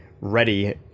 ready